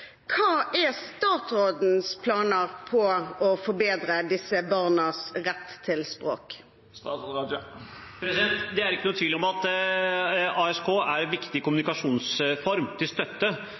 Hva er statsrådens planer for å forbedre disse barnas rett til språk? Det er ikke noen tvil om at ASK er en viktig kommunikasjonsform til støtte